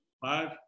Five